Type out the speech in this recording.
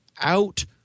out